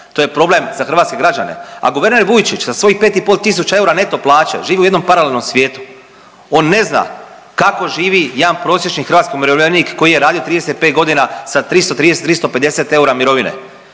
To je problem za hrvatske građane. A guverner Vujčić sa svojih 5,5 tisuća eura neto plaće živi u jednom paralelnom svijetu. On ne zna kako živi jedan prosječni hrvatski umirovljen koji je radio 35 godina sa 330, 350 eura mirovine.